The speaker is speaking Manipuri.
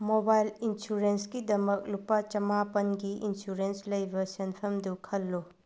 ꯃꯣꯕꯥꯏꯜ ꯏꯟꯁꯨꯔꯦꯟꯁꯀꯤꯗꯃꯛ ꯂꯨꯄꯥ ꯆꯝꯃꯥꯄꯜꯒꯤ ꯏꯟꯁꯨꯔꯦꯟꯁ ꯂꯩꯕ ꯁꯦꯟꯐꯝꯗꯨ ꯈꯜꯂꯨ